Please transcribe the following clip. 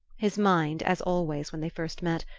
his mind, as always when they first met,